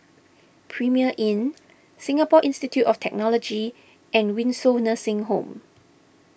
Premier Inn Singapore Institute of Technology and Windsor Nursing Home